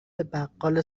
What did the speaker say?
بقال